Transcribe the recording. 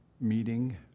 meeting